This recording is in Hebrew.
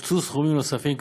הוקצו סכומים נוספים,